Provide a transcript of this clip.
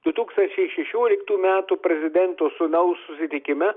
du tūkstančiai šešioliktų metų prezidento sūnaus susitikime